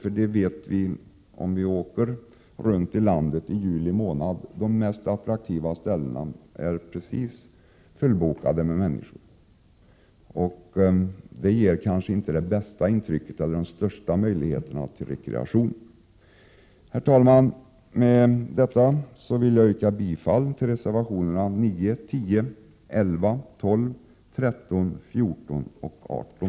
Alla vet att om man åker runt i landet under juli månad är de mest attraktiva ställena fullbokade, och det ger kanske inte det bästa intrycket eller de största möjligheterna till rekreation. Herr talman! Med detta vill jag yrka bifall till reservationerna 9, 10, 11, 12, 13, 14 och 18.